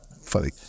funny